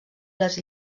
les